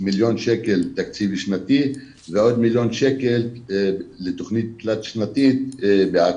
מיליון שקלים תקציב שנתי ועוד מיליון שקלים לתוכנית תלת שנתית בעכו.